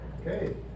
okay